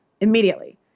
immediately